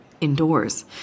indoors